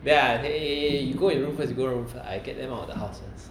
then I eh eh eh eh you go your room first go your room first I get them out of the house first